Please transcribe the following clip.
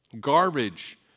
garbage